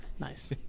nice